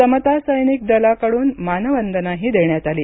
समता सैनिक दला कडून मानवंदनाही देण्यात आली